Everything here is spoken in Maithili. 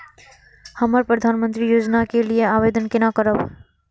हम प्रधानमंत्री योजना के लिये आवेदन केना करब?